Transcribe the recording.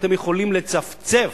אתם יכולים לצפצף,